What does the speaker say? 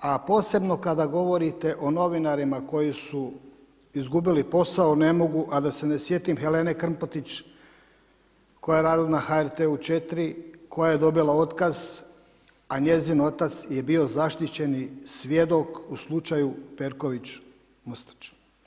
a posebno kada govorite o novinarima koji su izgubili posao, ne mogu a da se ne sjetim Helene Krmpotić, koja je radila na HRT4 koja je dobila otkaz, a njezin otac je bio zaštićeni svjedok u slučaju Perković Mustač.